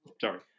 Sorry